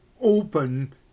open